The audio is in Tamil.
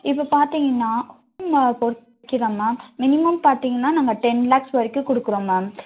இப்போ பார்த்தீங்கன்னா ஸ்கீமை பொறுத்துதான் மேம் மினிமம் பார்த்தீங்கன்னா நம்ம டென் லேக்ஸ் வரைக்கும் கொடுக்குறோம் மேம்